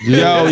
yo